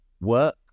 work